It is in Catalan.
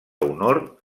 honor